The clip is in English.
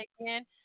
again